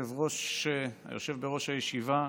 היושב-ראש, היושב בראש הישיבה,